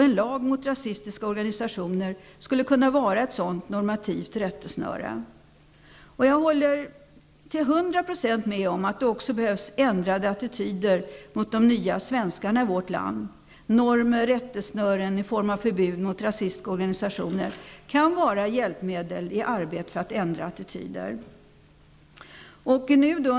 En lag mot rasistiska organisationer skulle kunna vara ett sådant normativt rättesnöre. Jag håller till hundra procent med om att det också behövs ändrade attityder mot de nya svenskarna i vårt land. Normer och rättesnören i form av förbud mot rasistiska organisationer kan vara hjälpmedel i arbetet för att ändra attityder.